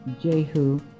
Jehu